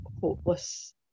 hopeless